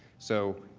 so,